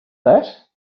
that